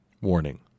Warning